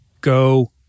Go